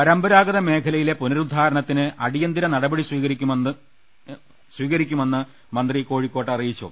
പരമ്പരാഗതമേഖലയിലെ പുനരുദ്ധാരണത്തിന് അടിയന്തിര നടപടി സ്ഥീകരിക്കുമെന്ന് മന്ത്രി കോഴി ക്കോട്ട് അറിയിച്ചു